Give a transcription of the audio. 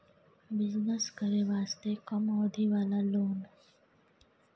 Business करे वास्ते कम अवधि वाला लोन?